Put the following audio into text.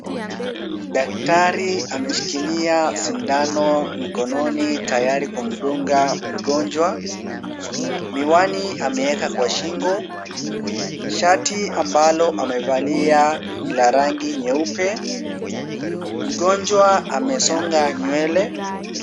Daktari ameshikilia sindano mkononi tayari kumdunga mgonjwa. Miwani ameweka kwa shingo. Shati ambalo amevalia ni la rangi nyeupe. Mgonjwa amesonga nywele.